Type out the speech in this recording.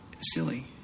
silly